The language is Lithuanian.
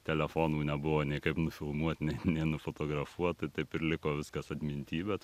telefonų nebuvo nei kaip nufilmuot nei nei nufotografuot tai taip ir liko viskas atminty bet